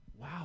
Wow